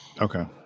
Okay